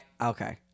Okay